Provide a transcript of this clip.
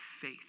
faith